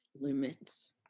limits